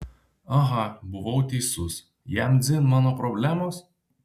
aha buvau teisus jam dzin mano problemos